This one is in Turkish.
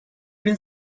bin